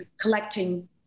collecting